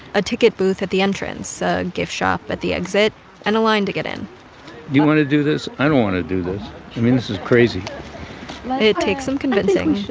a ticket booth at the entrance, a gift shop at the exit and a line to get in you want to do this? i don't want to do this. i mean, this is crazy it takes some convincing,